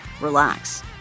relax